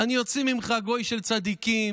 אני אוציא ממך גוי של צדיקים.